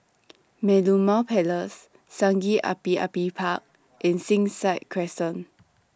Merlimau Place Sungei Api Api Park and Springside Crescent